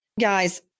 Guys